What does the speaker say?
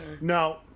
No